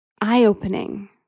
eye-opening